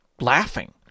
laughing